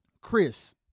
Chris